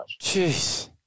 Jeez